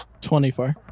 24